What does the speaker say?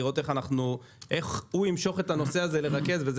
לראות איך הוא ימשוך את הנושא הזה וירכז אותו.